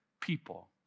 people